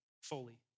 fully